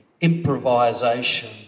improvisation